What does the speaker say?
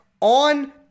on